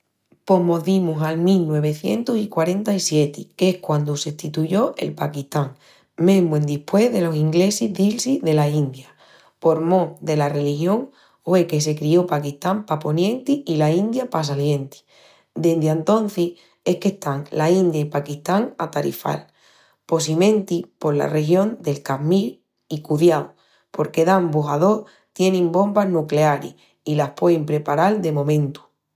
Pos mos dimus al mil nuevicientus i quarenta-i-sieti, qu'es quandu s'estituyó el Pakistán, mesmu endispués delos inglesis dil-si dela India. Por mó dela religión hue que se crió Pakistán pa ponienti i la India pa salienti. Dendi antocis es que están la India i Pakistán a tarifal, possimenti pola región del Kashmir i cudiau, porque dambus a dos tienin bombas nuclearis i la puein preparal de momentu.